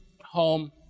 home